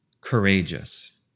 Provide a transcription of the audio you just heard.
courageous